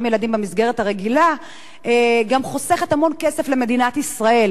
ילדים במסגרת הרגילה גם חוסכת המון כסף למדינת ישראל,